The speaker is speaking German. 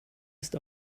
ist